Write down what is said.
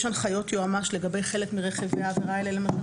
יש הנחיות יועמ"ש לגבי חלק מרכיבי העבירה האלה למשל,